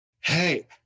hey